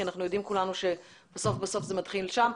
כי אנחנו יודעים כולנו שבסוף בסוף זה מתחיל שם.